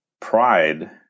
pride